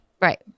right